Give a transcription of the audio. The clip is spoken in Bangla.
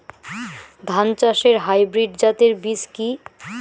ধান চাষের হাইব্রিড জাতের বীজ কি?